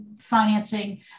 financing